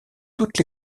toutes